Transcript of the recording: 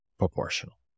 proportional